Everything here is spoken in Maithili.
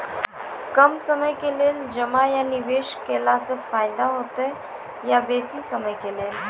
कम समय के लेल जमा या निवेश केलासॅ फायदा हेते या बेसी समय के लेल?